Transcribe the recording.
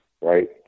right